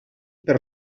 per